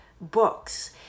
books